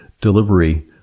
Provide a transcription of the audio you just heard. delivery